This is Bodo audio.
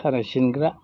खानाय सिनग्रा